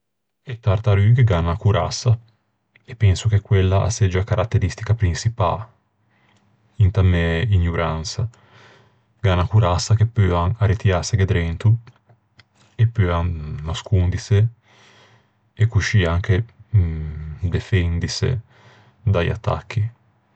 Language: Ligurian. E tartarughe gh'an unna corassa, e penso che quella a caratteristica prinçipâ, inta mæ ignoransa. Gh'an unna corassa che peuan arretiâseghe drento e peuan nascondise, e coscì anche defendise da-i attacchi.